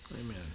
Amen